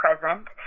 present